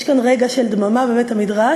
יש כאן רגע של דממה בבית-המדרש.